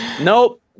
Nope